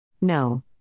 No